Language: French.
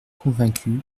convaincu